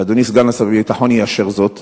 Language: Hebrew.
ואדוני סגן שר הביטחון יאשר זאת,